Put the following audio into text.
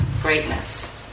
greatness